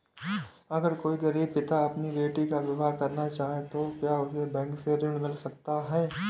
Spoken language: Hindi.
अगर कोई गरीब पिता अपनी बेटी का विवाह करना चाहे तो क्या उसे बैंक से ऋण मिल सकता है?